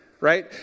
Right